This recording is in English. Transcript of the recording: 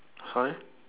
sorry